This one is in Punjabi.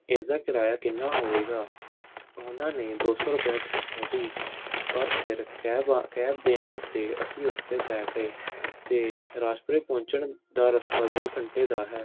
ਇਸ ਦਾ ਕਿਰਾਇਆ ਕਿੰਨਾਂ ਹੋਵੇਗਾ ਉਹਨਾਂ ਨੇ ਦੋ ਸੌ ਰੁਪਿਆ ਦੱਸਿਆ ਸੀ ਪਰ ਫਿਰ ਕੈਬ ਆ ਕੈਬ ਦੇ ਆਉਣ 'ਤੇ ਅਸੀਂ ਉਸ 'ਤੇ ਬਹਿ ਗਏ ਅਤੇ ਰਾਜਪੁਰੇ ਪਹੁੰਚਣ ਦਾ ਰਸਤਾ ਦੋ ਘੰਟੇ ਦਾ ਹੈ